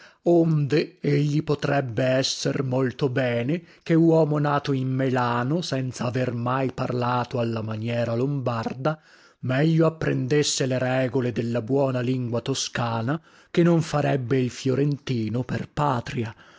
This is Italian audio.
bergamasco onde egli potrebbe esser molto bene che uomo nato in melano senza aver mai parlato alla maniera lombarda meglio apprendesse le regole della buona lingua toscana che non farebbe il fiorentino per patria